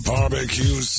Barbecue